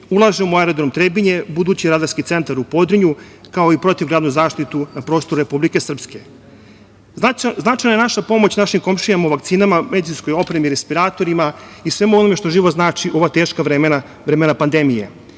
u aerodrom Trebinje, budući radarski centar u Podrinju, kao i protivgradnu zaštitu na prostoru Republike Srpske. Značajna je naša pomoć našim komšijama u vakcinama, medicinskoj opremi, respiratorima i svemu onome što život znači u ova teška vremena, vremena